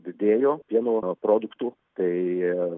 didėjo pieno produktų tai